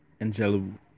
Angelou